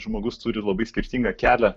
žmogus turi labai skirtingą kelią